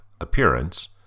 appearance